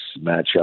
matchup